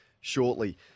shortly